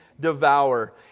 devour